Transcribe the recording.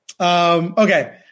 okay